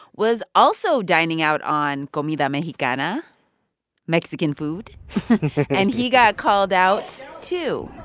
was also dining out on comida mexicana mexican food and he got called out, too